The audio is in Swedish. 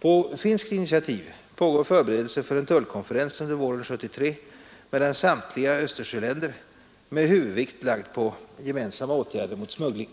På finskt initiativ pågår förberedelser för en tullkonferens under våren 1973 mellan samtliga Östersjöländer med huvudvikt lagd på gemensamma åtgärder mot smuggling.